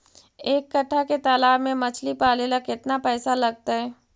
एक कट्ठा के तालाब में मछली पाले ल केतना पैसा लगतै?